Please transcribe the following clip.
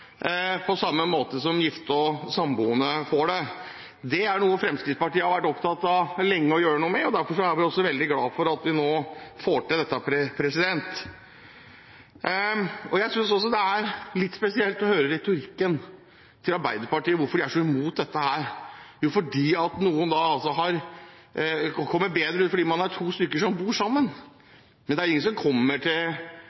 på samme måte som gifte og samboende får det. Det er noe Fremskrittspartiet har vært opptatt av å gjøre noe med lenge, og derfor er vi veldig glade for at vi nå får til dette. Jeg synes også det er litt spesielt å høre retorikken til Arbeiderpartiet og hvorfor de er så imot dette – jo, fordi noen har kommet bedre ut fordi de er to stykker som bor sammen. Men det er ingen som hvis man skulle bli arbeidsledig eller sykmeldt, kommer